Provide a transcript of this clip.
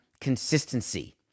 consistency